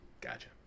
Gotcha